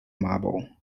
marble